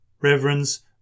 Reverends